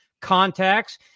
contacts